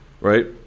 right